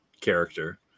character